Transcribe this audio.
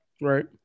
Right